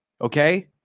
okay